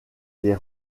des